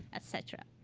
et cetera.